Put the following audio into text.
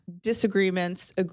disagreements